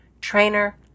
trainer